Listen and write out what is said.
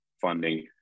funding